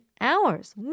hours